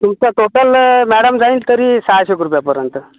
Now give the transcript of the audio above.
तुमचं total madam जाईल तरी सहाशेक रुपयापर्यंत